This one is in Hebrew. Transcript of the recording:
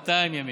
ל-200 ימים".